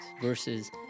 versus